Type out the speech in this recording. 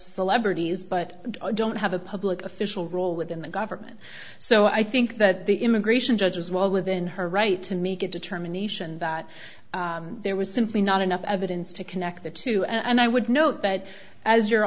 celebrities but don't have a public official role within the government so i think that the immigration judge is well within her right to make it determination that there was simply not enough evidence to connect the two and i would note that as your